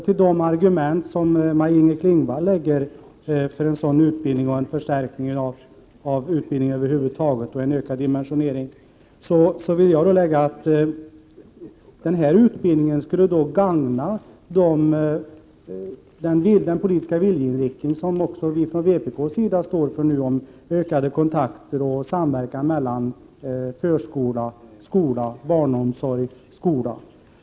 Till de argument som Maj-Inger Klingvall har angivit för en sådan utbildning och för en förstärkning och en ökad dimensionering av utbildningen över huvud taget vill jag lägga att denna utbildning skulle gagna den politiska viljeinriktning som även vi från vpk står för nu, om ökade kontakter och samverkan mellan förskola och skola, barnomsorg och skola.